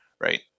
right